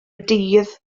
dydd